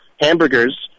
hamburgers